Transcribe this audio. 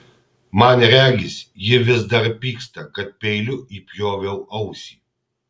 man regis ji vis dar pyksta kad peiliu įpjoviau ausį